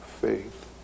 faith